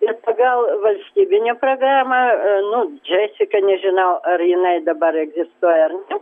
nes pagal valstybinę programą nu džesika nežinau ar jinai dabar egzistuoja ar ne